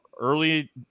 early